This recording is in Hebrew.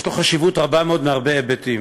יש חשיבות רבה מאוד מהרבה היבטים.